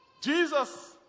Jesus